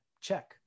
check